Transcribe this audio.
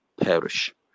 perish